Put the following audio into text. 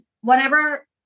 whenever